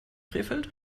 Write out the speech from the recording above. krefeld